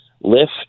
lift